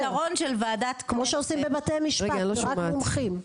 כמו שעושים בבתי משפט רק מומחים,